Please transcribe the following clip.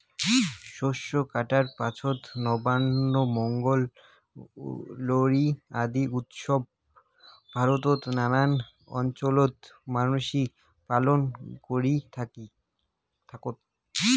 শস্য কাটার পাছত নবান্ন, পোঙ্গল, লোরী আদি উৎসব ভারতত নানান অঞ্চলত মানসি পালন করি থাকং